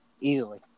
easily